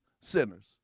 sinners